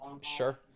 Sure